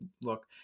look